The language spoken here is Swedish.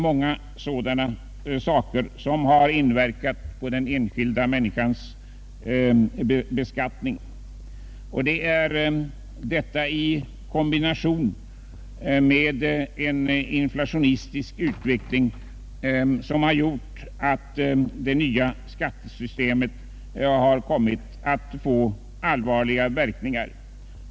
Många sådana saker har inverkat på den enskilda människans beskattning. Detta i kombination med en inflationistisk utveckling medför att det nya skattesystemet får allvarliga verkningar.